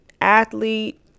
athlete